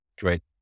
Great